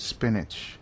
Spinach